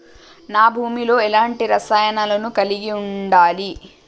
నా భూమి లో ఎలాంటి రసాయనాలను కలిగి ఉండాలి?